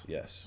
Yes